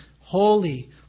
holy